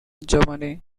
germany